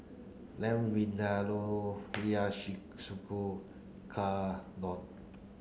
Lamb Vindaloo Hiyashi